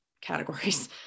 categories